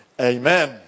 Amen